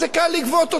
וזה קל לגבות אותו.